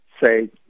say